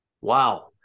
wow